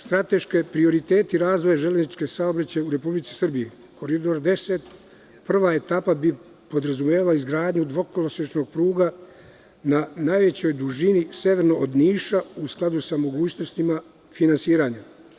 Strateški prioriteti razvoja železničkog saobraćaja u Republici Srbiji, Koridor 10, prva etapa bi podrazumevala izgradnju dvokolosečne pruge na najvećoj dužini severno od Niša, u skladu sa mogućnostima finansiranja.